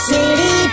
City